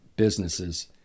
businesses